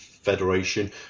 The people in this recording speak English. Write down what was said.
federation